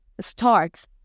start